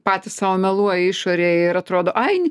patys sau meluoja išorei ir atrodo ai ni